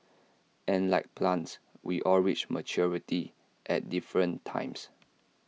and like plants we all reach maturity at different times